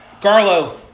Garlo